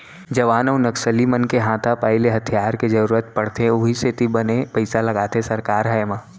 जवान अउ नक्सली मन के हाथापाई ले हथियार के जरुरत पड़थे उहीं सेती बने पइसा लगाथे सरकार ह एमा